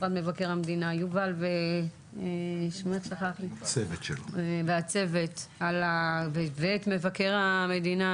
משרד מבקר המדינה יובל והצוות ולמבקר המדינה,